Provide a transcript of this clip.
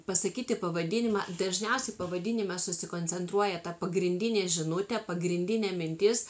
pasakyti pavadinimą dažniausiai pavadinime susikoncentruoja ta pagrindinė žinutė pagrindinė mintis